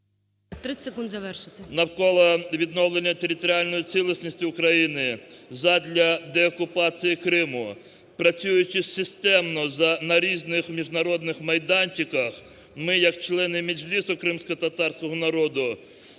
навколо відновлення територіальної цілісності України задля деокупації Криму. Працюючи системно на різних міжнародних майданчиках, ми як члени Меджлісу кримськотатарського народу